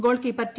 goalkeeper T